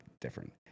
different